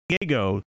Diego